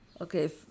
okay